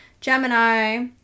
Gemini